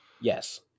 Yes